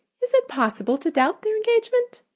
is it possible to doubt their engagement?